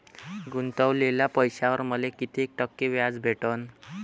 गुतवलेल्या पैशावर मले कितीक टक्के व्याज भेटन?